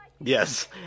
Yes